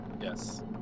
Yes